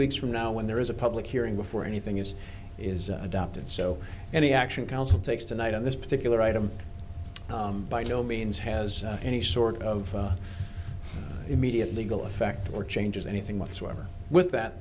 weeks from now when there is a public hearing before anything else is adopted so any action council takes tonight on this particular item by no means has any sort of immediate legal effect or changes anything whatsoever with that